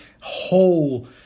whole